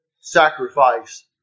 sacrifice